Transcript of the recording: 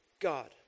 God